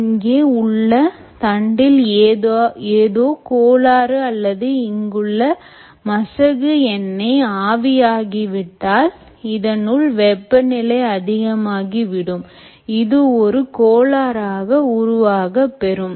இங்கே உள்ள தண்டில் ஏதோ கோளாறு அல்லது இங்குள்ள மசகு எண்ணெய் ஆவியாகி விட்டால் இதனுள் வெப்பநிலை அதிகமாகி விடும் இது ஒரு கோளாறாக உருவாக பெரும்